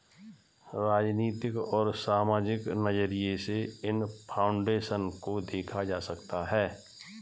राजनीतिक और सामाजिक नज़रिये से इन फाउन्डेशन को देखा जा सकता है